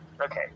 Okay